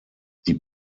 die